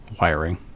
wiring